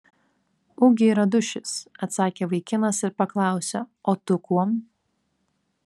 ugi radušis atsakė vaikinas ir paklausė o tu kuom